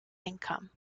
income